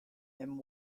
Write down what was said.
and